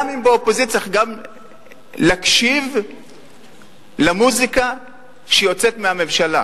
גם באופוזיציה צריך להקשיב למוזיקה שיוצאת מהממשלה.